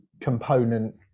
component